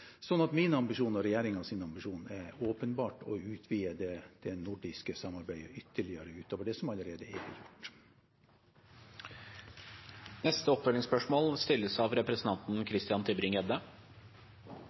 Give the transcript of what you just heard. min ambisjon og regjeringens ambisjon er åpenbart å utvide det nordiske samarbeidet ytterligere, utover det som allerede er gjort. Christian Tybring-Gjedde – til oppfølgingsspørsmål.